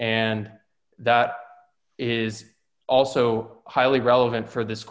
and that is also highly relevant for this